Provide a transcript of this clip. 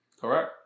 Correct